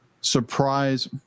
Surprise